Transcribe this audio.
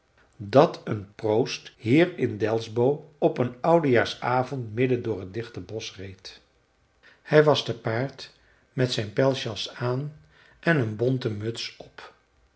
dat een proost hier in delsbo op een oudejaarsavond midden door het dichte bosch reed hij was te paard met zijn pelsjas aan en een bonten muts op